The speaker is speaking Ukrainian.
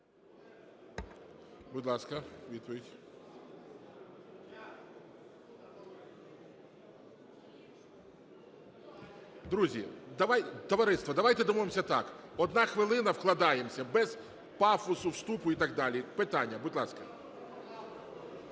Друзі, товариство, давайте домовимося так: одна хвилина вкладаємося, без пафосу, вступу і так далі, питання. Будь ласка.